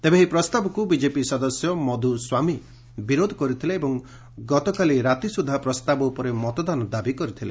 ତେବେ ଏହି ପ୍ରସ୍ତାବକୁ ବିଜେପି ସଦସ୍ୟ ମଧୁ ସ୍ୱାମୀ ବିରୋଧ କରିଥିଲେ ଏବଂ ଗତକାଲି ରାତି ସୁଦ୍ଧା ପ୍ରସ୍ତାବ ଉପରେ ମତଦାନ ଦାବି କରିଥିଲେ